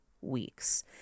weeks